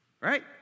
Right